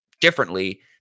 differently